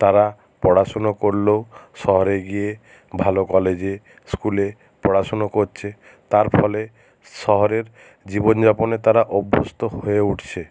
তারা পড়াশুনো করলেও শহরে গিয়ে ভালো কলেজে স্কুলে পড়াশুনো করছে তার ফলে শহরের জীবন যাপনে তারা অভ্যস্ত হয়ে উঠছে